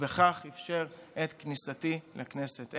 ובכך אפשר את כניסתי לכנסת.